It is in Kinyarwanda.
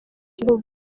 gihugu